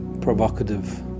provocative